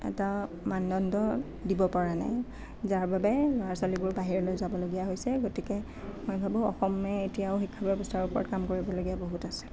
এটা মানদণ্ড দিব পৰা নাই যাৰ বাবে ল'ৰা ছোৱালীবোৰ বাহিৰলৈ যাবলগীয়া হৈছে গতিকে মই ভাবোঁ অসমে এতিয়াও শিক্ষাৰ ওপৰত কাম কৰিবলগীয়া বহুত আছে